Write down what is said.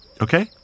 Okay